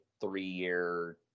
three-year